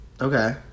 Okay